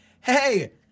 Hey